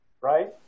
Right